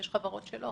יש חברות שלא.